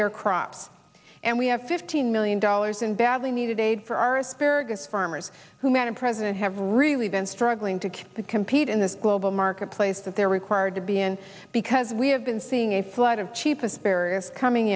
their crops and we have fifteen billion dollars in badly needed aid for our asparagus farmers who met a president have really been struggling to keep the compete in this global marketplace that they're required to be in because we have been seeing a flood of cheap us paris coming